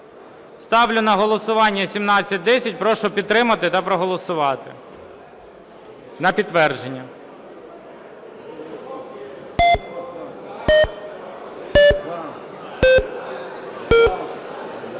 Ставлю на голосування 1710. Прошу підтримати та проголосувати. На підтвердження.